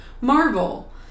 Marvel